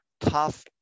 tough